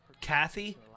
Kathy